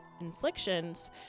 inflictions